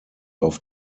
auf